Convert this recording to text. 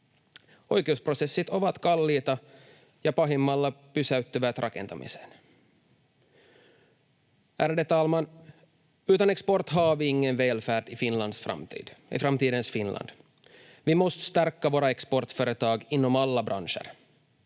Oikeusprosessit ovat kalliita ja pahimmillaan pysäyttävät rakentamisen. Ärade talman! Utan export har vi ingen välfärd i framtidens Finland. Vi måste stärka våra exportföretag inom alla branscher.